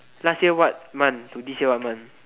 last year what month to this year what month